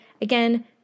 Again